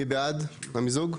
מי בעד המיזוג?